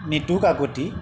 Nitu Kakati